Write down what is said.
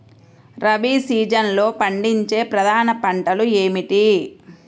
రబీ సీజన్లో పండించే ప్రధాన పంటలు ఏమిటీ?